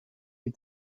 die